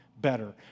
better